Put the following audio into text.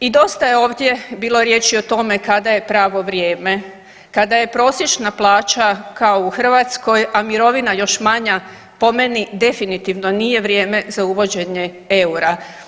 I dosta je ovdje bilo riječi o tome kada je pravo vrijeme, kada je prosječna plaća kao u Hrvatskoj, a mirovina još manja po meni definitivno nije vrijeme za uvođenje eura.